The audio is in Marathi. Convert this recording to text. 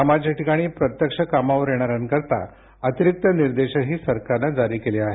कामाच्या ठिकाणी प्रत्यक्ष कामावर येणाऱ्यांकरिता अतिरिक्त निर्देशही सरकारनं जारी केले आहेत